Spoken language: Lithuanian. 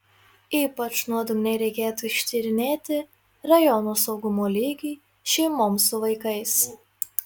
ypač nuodugniai reikėtų ištyrinėti rajono saugumo lygį šeimoms su vaikais